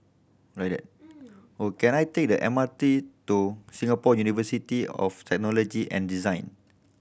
ready can I take the M R T to Singapore University of Technology and Design